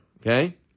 Okay